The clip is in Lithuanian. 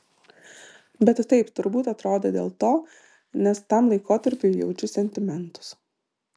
bet taip turbūt atrodo dėl to nes tam laikotarpiui jaučiu sentimentus